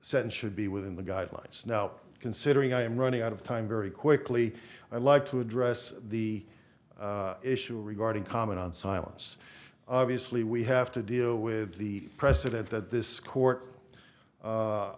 sentence should be within the guidelines now considering i'm running out of time very quickly i like to address the issue regarding comment on silence obviously we have to deal with the precedent that this court